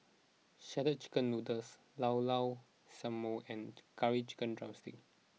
Shredded Chicken Noodles Llao Llao Sanum and Curry Chicken Drumstick